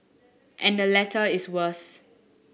and the latter is worse